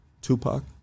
Tupac